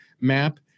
map